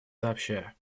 сообща